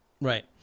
Right